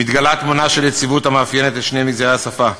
מתגלה תמונה של יציבות המאפיינת את שני מגזרי השפה.